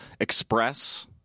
Express